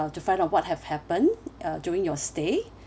uh to find out what have happened uh during your stay